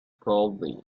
coldly